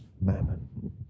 mammon